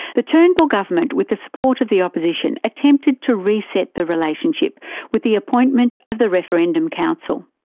the turnbull government, with the support of the opposition, attempted to reset the relationship with the appointment of the referendum council.